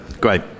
great